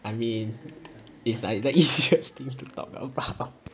I mean it's like the idiots who talk about 爸爸